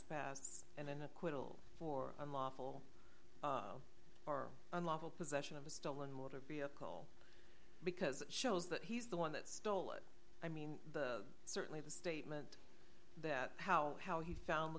pass and an acquittal for unlawful or unlawful possession of a stolen motor vehicle because it shows that he's the one that stole it i mean the certainly the statement that how how he found the